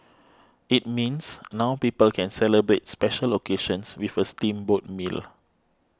it means now people can celebrate special occasions with a steamboat meal